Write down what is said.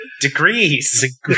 degrees